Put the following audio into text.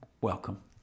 Welcome